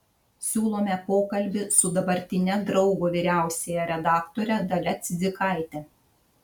siūlome pokalbį su dabartine draugo vyriausiąja redaktore dalia cidzikaite